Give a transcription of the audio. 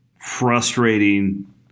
frustrating